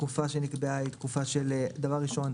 התקופה שנקבעה ראשית,